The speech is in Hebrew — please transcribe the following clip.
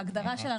ההגדרה שלנו,